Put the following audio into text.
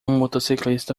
motociclista